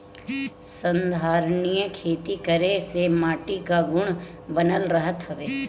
संधारनीय खेती करे से माटी कअ गुण बनल रहत हवे